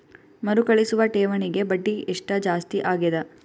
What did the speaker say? ಮರುಕಳಿಸುವ ಠೇವಣಿಗೆ ಬಡ್ಡಿ ಎಷ್ಟ ಜಾಸ್ತಿ ಆಗೆದ?